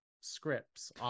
scripts